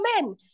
men